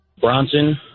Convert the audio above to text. Bronson